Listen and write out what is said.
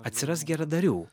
atsiras geradarių